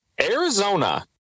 Arizona